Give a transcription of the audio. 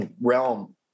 realm